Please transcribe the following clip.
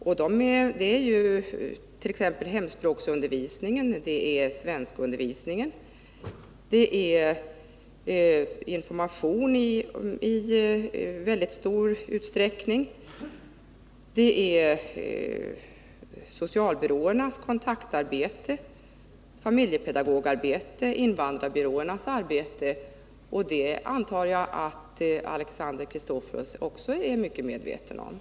Det gäller t.ex. hemspråksundervisningen. Det gäller svenskundervisningen. Det gäller i väldigt stor utsträckning information. Det gäller socialbyråernas kontaktarbete, familjepedagogarbete och invandrarbyråernas arbete — och det förutsätter jag att också Alexander Chrisopoulos är väl medveten om.